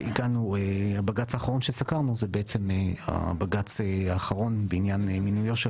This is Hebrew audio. הבג"צ האחרון שסקרנו זה בעצם הבג"צ האחרון בעניין מינויו של